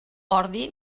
ordi